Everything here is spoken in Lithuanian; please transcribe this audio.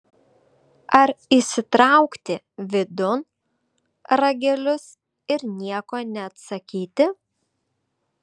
ar įsitraukti vidun ragelius ir nieko neatsakyti